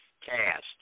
cast